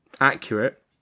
accurate